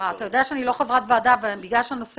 הנושאים האלה של הסטטוס